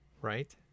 Right